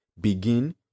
begin